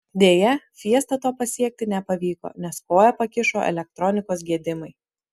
deja fiesta to pasiekti nepavyko nes koją pakišo elektronikos gedimai